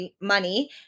money